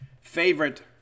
favorite